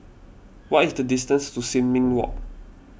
what is the distance to Sin Ming Walk